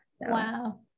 Wow